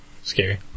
scary